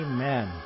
Amen